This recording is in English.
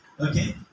okay